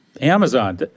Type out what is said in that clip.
Amazon